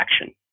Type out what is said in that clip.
action